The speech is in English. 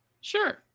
Sure